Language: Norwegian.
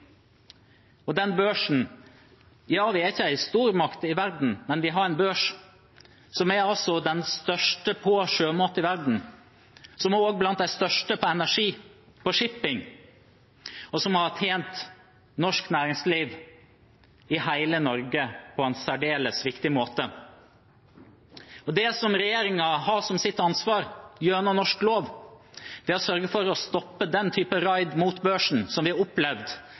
Og den børsen – ja, vi er ikke en stormakt i verden, men vi har en børs som altså er den største i verden på sjømat, som også er blant de største på energi, på shipping, og som har tjent norsk næringsliv i hele Norge på en særdeles viktig måte. Det som regjeringen har som sitt ansvar gjennom norsk lov, er å sørge for å stoppe den type raid mot børsen som vi har opplevd